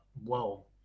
whoa